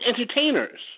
entertainers